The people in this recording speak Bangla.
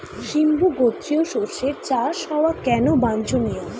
সিম্বু গোত্রীয় শস্যের চাষ হওয়া কেন বাঞ্ছনীয়?